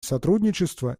сотрудничества